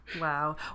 Wow